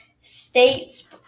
state's